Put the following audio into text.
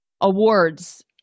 awards